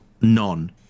none